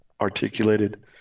articulated